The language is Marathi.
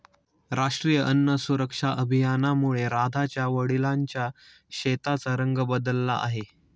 राष्ट्रीय अन्न सुरक्षा अभियानामुळे राधाच्या वडिलांच्या शेताचा रंग बदलला आहे